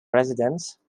residence